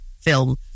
film